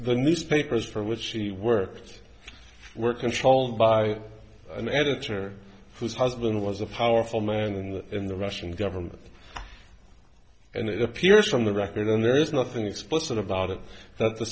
the newspapers for which she worked were controlled by an editor whose husband was a powerful man in the in the russian government and it appears from the record and there's nothing explicit about it that the